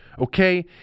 okay